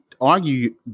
argue